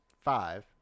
five